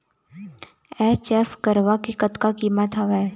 HF गरवा के कतका कीमत हवए?